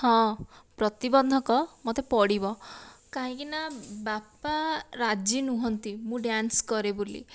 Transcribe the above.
ହଁ ପ୍ରତିବନ୍ଧକ ମୋତେ ପଡ଼ିବ କାହିଁକିନା ବାପା ରାଜି ନୁହଁନ୍ତି ମୁଁ ଡ୍ୟାନ୍ସ କରେ ବୋଲି